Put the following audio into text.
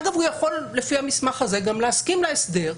אגב, הוא יכול לפי המסמך הזה גם להסכים להסדר,